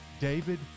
David